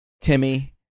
Timmy